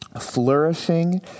flourishing